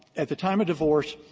at the time of divorce,